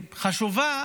חשובה,